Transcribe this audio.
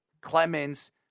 Clemens